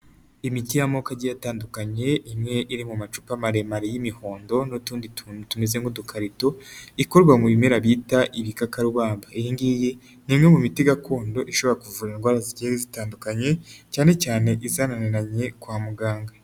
Imiti y'amoko agiye atandunye, imwe iri mu macupa maremare y'imihondo n'utundi tuntu tumeze nk'udukarito, ikorwa mu bimera bita ibikakarubamba, iyi ngiyi ni imwe mu miti Gakondo ishobora kuvura indwara zigiye zitandukanye, cyane cyane izanananiranye kwa muganga.